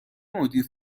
مدیر